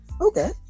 Okay